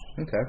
Okay